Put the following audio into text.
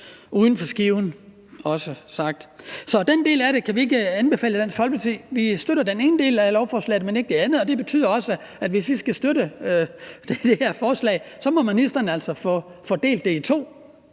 uden for skiven. Så den del af det kan vi ikke anbefale i Dansk Folkeparti. Vi støtter den ene del af lovforslaget, men ikke den anden del, og det betyder også, at hvis vi skal støtte det her forslag, må ministeren altså få det delt i to,